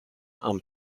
and